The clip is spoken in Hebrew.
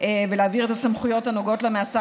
ולהעביר את הסמכויות הנוגעות לו מהשר